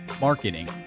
marketing